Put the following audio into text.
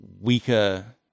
weaker